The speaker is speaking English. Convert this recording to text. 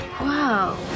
Wow